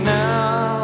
now